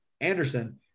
Anderson